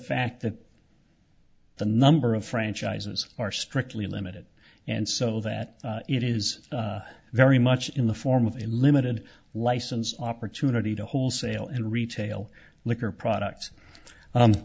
fact that the number of franchises are strictly limited and so that it is very much in the form of a limited license opportunity to wholesale and retail liquor product